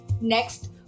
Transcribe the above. Next